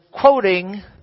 quoting